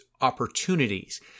opportunities